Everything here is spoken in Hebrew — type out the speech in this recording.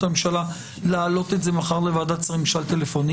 הממשלה להעלות את זה מחר לוועדת השרים במשאל טלפוני,